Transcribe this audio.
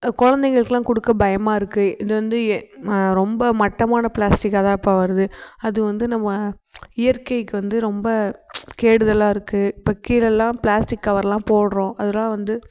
குலந்தைங்களுக்குலாம் கொடுக்க பயமாக இருக்கு இது வந்து எ ரொம்ப மட்டமான பிளாஸ்டிக்காகதான் இப்போ வருது அது வந்து நம்ம இயற்கைக்கு வந்து ரொம்ப கேடுதலாக இருக்கு இப்போ கீழலாம் பிளாஸ்டிக் கவர்லாம் போடுறோம் அதெலாம் வந்து